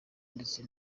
ndetse